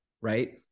right